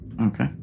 okay